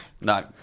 No